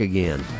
Again